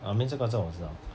I mean 这个这个我知道